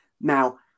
Now